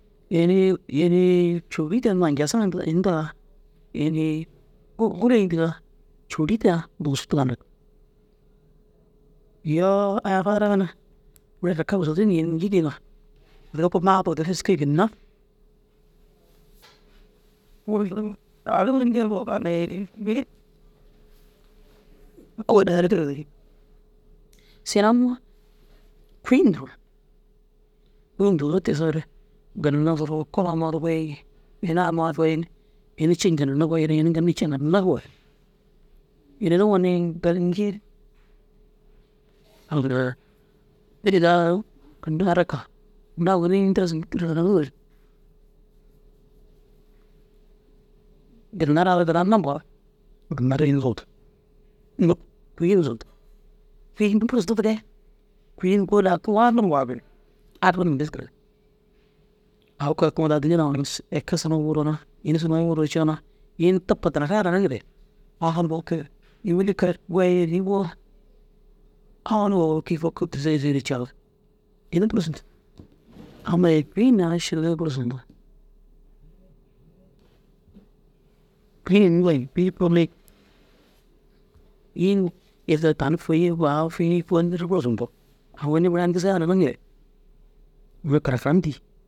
inii inii «côfiri tira unnu wanjasaŋa » intigaa inda ini goli indiga côfiri taa dugusu tagannig. Îyoo a fadirgaa na mire tabka ini zundu diiŋa loko mafur ôwel ŋa tigisig sigin unnu kûyin duro. Kûyi dugusu tigisoore ginna er orko amma goyingi ina amma fûyin ini ciiŋa ginna goyinere ini ciiŋa goyi. Ininuŋoo ni ginna ara ka tinda ogoni ini tira zundu tidir ginnar agu duro na bûur ginnar ini zuntu kûyin zuntu. Kûyin ini bur zuntu dige kûyin kulli haki waanur waagi ni agu kurku ŋoore daa digi nawoo eke sununa wuruna ini mire coona ini tabka dinarare haraniŋire ini ŋûli kereg goyi owon gii foki kizeyi izere jaak ini bur zuntu amma-i kûyi ndir ašindina bur zuntu kûyin ini gor kûyin komil kûyin ize tani fûyima aŋ fûyini bur zundu agoni mere ini gisiga hananiŋi mire karakam dîi